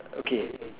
okay